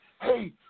hey